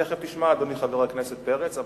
תיכף תשמע, אדוני חבר הכנסת פרץ.